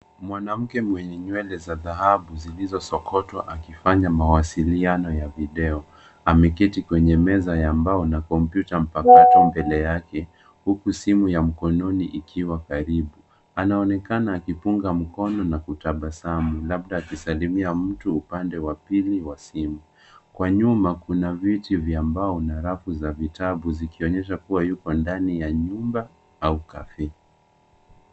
Mwanamke mwenye nywele za dhahabu zilizosokotwa akifanya mawasiliano ya video. Ameketi kwenye meza ya mbao na kompyuta mpakato mbele yake, huku simu ya mkononi ikiwa karibu. Anaonekana akipunga mkono na kutabasamu, labda akisalimia mtu upande wa pili wa simu. Kwa nyuma kuna viti vya mbao na rafu za vitabu, ikionyesha kuwa yuko ndani ya nyumba au cafe .